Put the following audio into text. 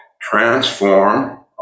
transform